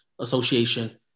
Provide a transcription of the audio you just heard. Association